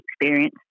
experience